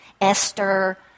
Esther